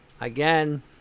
again